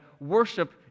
Worship